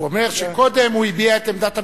הוא אומר שקודם הוא הביע את עמדת הממשלה,